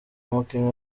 umukinnyi